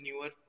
newer